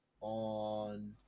On